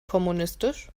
kommunistisch